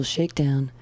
Shakedown